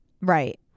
right